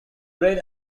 bread